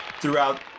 throughout